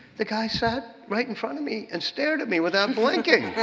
the guy sat right in front of me and stared at me without blinking.